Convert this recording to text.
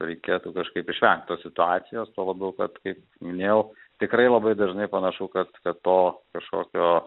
reikėtų kažkaip išvengt tos situacijos tuo labiau kad kaip minėjau tikrai labai dažnai panašu kad kad to kažkokio